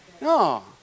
No